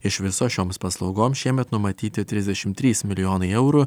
iš viso šioms paslaugoms šiemet numatyti trisdešimt trys milijonai eurų